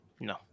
No